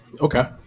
Okay